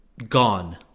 Gone